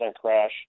crash